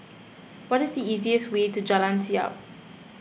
what is the easiest way to Jalan Siap